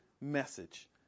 Message